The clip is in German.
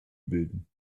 bilden